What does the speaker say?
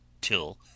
till